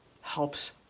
helps